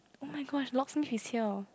oh my gosh locksmith is here